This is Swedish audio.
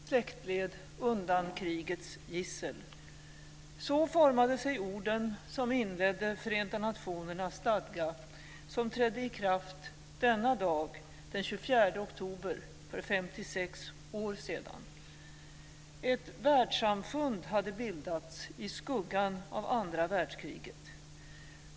Ärade riksdagsledamöter! De var "beslutna att rädda kommande släktled undan krigets gissel". Så formade sig orden som inledde Förenta nationernas stadga, som trädde i kraft denna dag den 24 oktober för 56 år sedan. Ett världssamfund hade bildats i skuggan av andra världskriget.